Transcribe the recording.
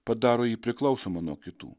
padaro jį priklausomą nuo kitų